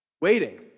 Waiting